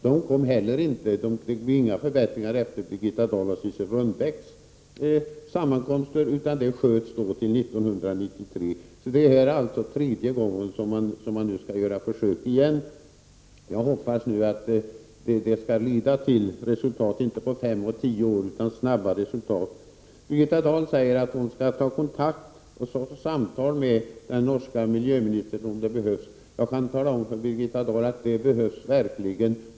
Dessa förbättringar blev inte av, och vi fick heller inga förbättringar efter Birgitta Dahls och Sissel Rönbecks samtal, utan detta har skjutits till 1993. Detta är alltså tredje gången som man nu skall göra försök med detta. Jag hoppas att det nu skall leda till resultat, inte om fem eller tio år utan mycket snart. Birgitta Dahl säger att hon skall föra samtal med den norska miljöministern om det behövs. Jag vill tala om för Birgitta Dahl att det behövs verkligen.